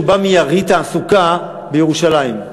שהוא בא מיריד תעסוקה בירושלים.